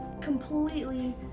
completely